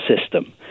system